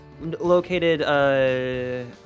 Located